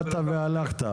באת והלכת.